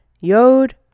Yod